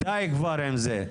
די כבר עם זה.